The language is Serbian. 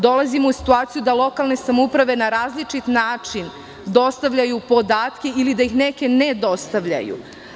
Dolazimo u situaciju da lokalne samouprave na različit način dostavljaju podatke ili da ih neke ne dostavljaju.